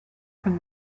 from